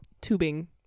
tubing